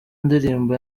indirimbo